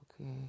okay